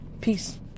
peace